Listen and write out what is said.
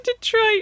Detroit